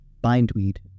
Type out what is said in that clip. bindweed